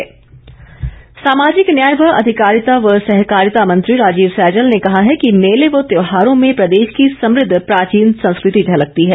सैजल सामाजिक न्याय व अधिकारिता व सहकारिता मंत्री राजीव सैजल ने कहा है कि मेले व त्यौहारों में प्रदेश की समृद्ध प्राचीन संस्कृति झलकती है